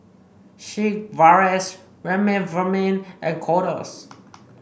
Sigvaris Remifemin and Kordel's